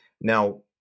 Now